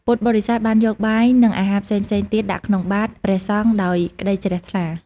ពុទ្ធបរិស័ទបានយកបាយ និងអាហារផ្សេងៗទៀតដាក់ក្នុងបាត្រព្រះសង្ឃដោយក្ដីជ្រះថ្លា។